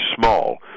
small